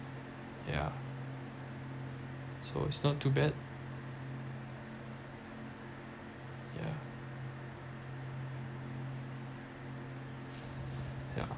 yeah so it's not too bad yeah yeah